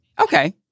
Okay